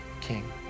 king